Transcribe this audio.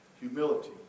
Humility